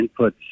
inputs